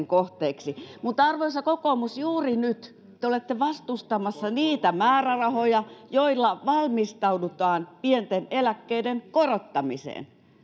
kohteeksi mutta arvoisa kokoomus juuri nyt te olette vastustamassa niitä määrärahoja joilla valmistaudutaan pienten eläkkeiden korottamiseen te